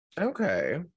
Okay